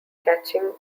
catching